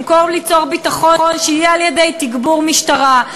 במקום ליצור ביטחון על-ידי תגבור המשטרה,